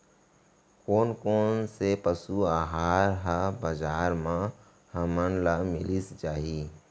कोन कोन से पसु आहार ह बजार म हमन ल मिलिस जाही?